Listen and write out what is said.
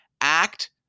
act